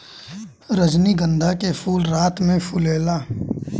रजनीगंधा के फूल रात में फुलाला